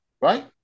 Right